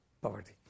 poverty